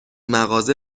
مغازه